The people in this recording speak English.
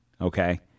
Okay